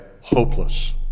hopeless